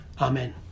Amen